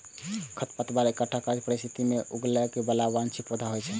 खरपतवार एकटा खास परिस्थिति मे उगय बला अवांछित पौधा होइ छै